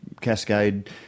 Cascade